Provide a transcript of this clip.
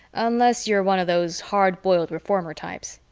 unless you are one of those hard-boiled reformer types.